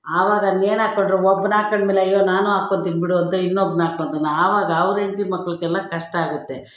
ಆವಾಗ ನೇಣು ಹಾಕೊಂಡ್ರೆ ಒಬ್ನು ಹಾಕೊಂಡ್ಮೇಲೆ ಅಯ್ಯೋ ನಾನು ಹಾಕ್ಕೋತೀನಿ ಬಿಡು ಅಂತ ಇನ್ನೊಬ್ನು ಹಾಕ್ಕೋತಾನೆ ಆವಾಗ ಅವ್ರ ಹೆಂಡತಿ ಮಕ್ಕಳಿಗೆಲ್ಲ ಕಷ್ಟ ಆಗುತ್ತೆ